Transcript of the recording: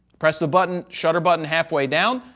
press the button, shutter button halfway down,